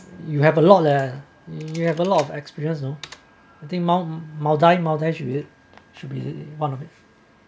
you have a lot leh you have a lot of experience you think mal~ maldives maldives you it should be one of it